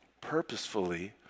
purposefully